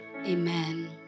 Amen